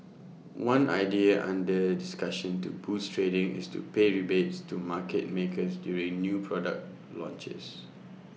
one idea under discussion to boost trading is to pay rebates to market makers during new product launches